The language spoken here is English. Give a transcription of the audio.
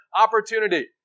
opportunity